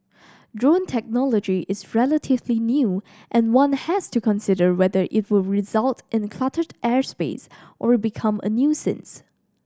drone technology is relatively new and one has to consider whether it'll result in cluttered airspace or become a nuisance